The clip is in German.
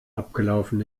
abgelaufen